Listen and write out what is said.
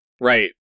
Right